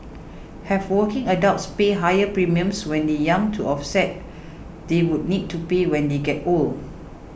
have working adults pay higher premiums when the young to offset they would need to pay when they get old